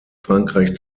frankreich